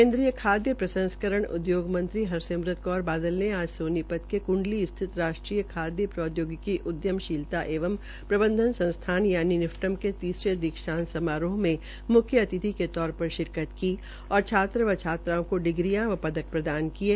केन्द्रीय खाय प्रसंस्करण उद्योग मंत्री हरसिमरत कौर बादल ने आज सोनीपत के कुंडली स्थित राष्ट्रीय खाय प्रौद्योगिकी उद्यमशीलता एवं प्रबंधन संस्थान यानि निफ्टम के तीसरे दीक्षांतसमारोह में मुख्य अतिथि के तौर पर शिरकत की और छात्र व छात्राओं को डिग्रीयां व पदक प्रदान किये